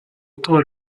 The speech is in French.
longtemps